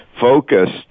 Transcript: focused